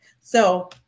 So-